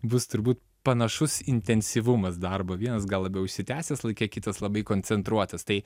bus turbūt panašus intensyvumas darbo vienas gal labiau išsitęsęs laike kitas labai koncentruotas tai